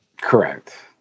Correct